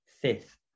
fifth